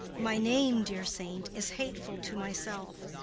my name, dear saint, is hateful to myself,